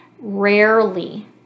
rarely